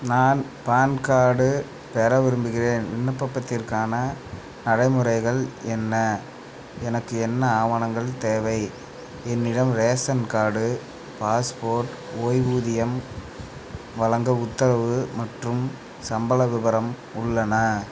நான் PAN card பெற விரும்புகின்றேன் விண்ணப்பப்பத்திற்கான நடைமுறைகள் என்ன எனக்கு என்ன ஆவணங்கள் தேவை என்னிடம் ரேஷன் கார்டு பாஸ்போர்ட் ஓய்வூதியம் வழங்க உத்தரவு மற்றும் சம்பள விபரம் உள்ளன